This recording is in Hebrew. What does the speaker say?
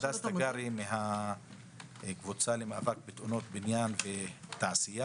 הדס תגרי מן הקבוצה למאבק בתאונות בניין ותעשייה.